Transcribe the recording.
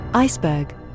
Iceberg